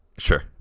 sure